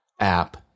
app